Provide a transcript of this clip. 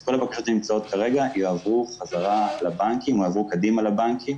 אז קודם הבקשות שנמצאות כרגע יועברו קדימה לבנקים